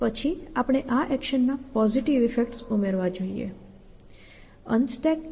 પછી આપણે આ એક્શનના પોઝિટિવ ઈફેક્ટ્સ ઉમેરવા જ જોઈએ